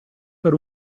per